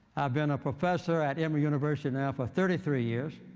been a professor at emory university now for thirty three years.